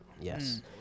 Yes